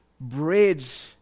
bridge